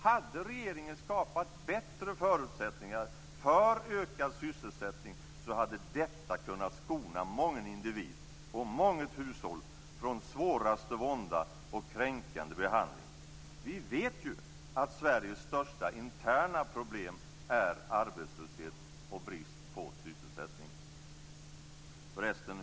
Hade regeringen skapat bättre förutsättningar för ökad sysselsättning hade detta kunnat skona mången individ och månget hushåll från svåraste vånda och kränkande behandling. Vi vet ju att Sveriges största interna problem är arbetslöshet och brist på sysselsättning.